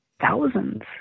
Thousands